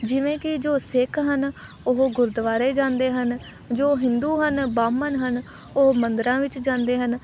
ਜਿਵੇਂ ਕਿ ਜੋ ਸਿੱਖ ਹਨ ਉਹ ਗੁਰਦੁਆਰੇ ਜਾਂਦੇ ਹਨ ਜੋ ਹਿੰਦੂ ਹਨ ਬਾਹਮਣ ਹਨ ਉਹ ਮੰਦਰਾਂ ਵਿੱਚ ਜਾਂਦੇ ਹਨ